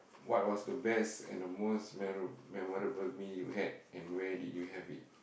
what was the best and the most memo~ memorable meal you had and where did you have it